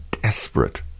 desperate